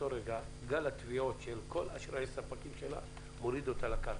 באותו רגע גל התביעות של כל אשראי הספקים שלה יורידו אותה לקרקע.